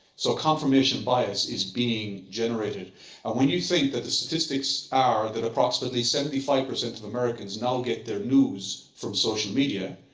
so confirmation bias is being generated. and when you think that the statistics are that approximately seventy five percent of americans now get their news from social media,